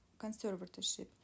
conservatorship